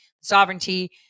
Sovereignty